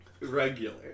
regular